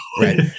right